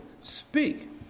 speak